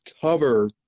cover